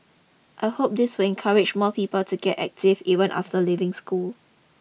I hope this will encourage more people to get active even after leaving school